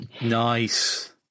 nice